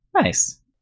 nice